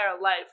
life